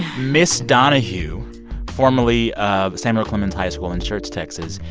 ms. donahue formerly of samuel clemens high school in church, texas,